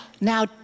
now